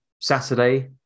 Saturday